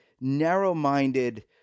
narrow-minded